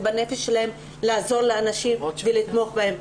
בנפש שלהן לעזור לאנשים ולתמוך בהם.